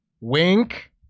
wink